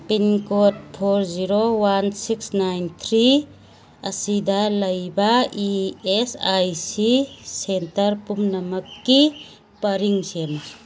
pincode four zero one six nine three ꯑꯁꯤꯗ ꯂꯩꯕ E S I C centre ꯄꯨꯝꯅꯃꯛꯀꯤ ꯄꯔꯤꯡ ꯁꯦꯝꯃꯨ